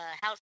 house